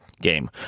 game